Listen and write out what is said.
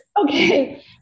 Okay